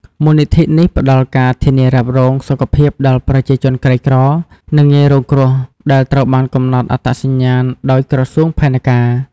មូលនិធិនេះផ្តល់ការធានារ៉ាប់រងសុខភាពដល់ប្រជាជនក្រីក្រ និងងាយរងគ្រោះ ដែលត្រូវបានកំណត់អត្តសញ្ញាណដោយក្រសួងផែនការ។